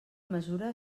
mesura